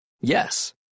Yes